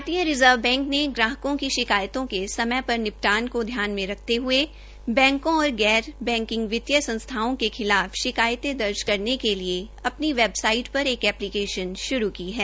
भारतीय reserve bank ने ग्राहकों की शिकायतों के समय पर निपटान को ध्यान में रखते हये बैंको ओर गौ बैकिंग वितीय संस्थाओं के खिलाफ शिकायते दर्ज करने के लिये अपनी वेबसाइटपर एक ऐप्लीकेशन श्रू की है